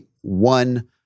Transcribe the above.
one